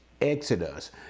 Exodus